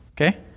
Okay